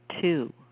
two